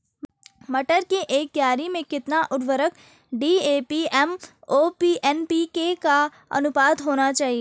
मटर की एक क्यारी में कितना उर्वरक डी.ए.पी एम.ओ.पी एन.पी.के का अनुपात होना चाहिए?